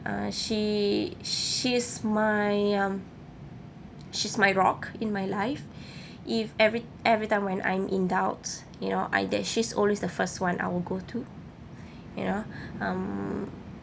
uh she she's my um she's my rock in my life if every every time when I'm in doubts you know either she's always the first [one] I will go to you know um